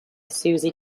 susie